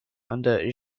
under